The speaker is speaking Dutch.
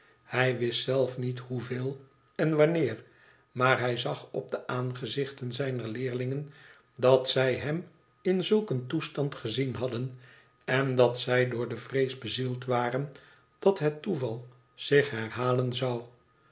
hij wist zelf niet hoeveel en wanneer maar hij zag op de aangezichten zijner leerlingen dat zij hem in zulk een toestand gezien hadden en dat zij door de vrees bezield waren dat het toeval zich herhalen zou